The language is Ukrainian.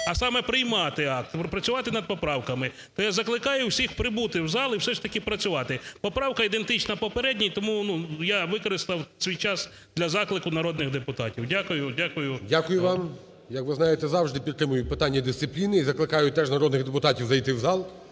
а саме приймати акт, працювати над поправками. То я закликаю всіх прибути в зал і все ж таки працювати. Поправка ідентична попередній, тому я використав свій час для заклику народних депутатів. Дякую, дякую. ГОЛОВУЮЧИЙ. Дякую вам. Як ви знаєте, я завжди підтримую питання дисципліни і закликаю теж народних депутатів зайти в зал,